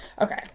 okay